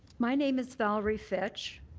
my name is valerie fitch.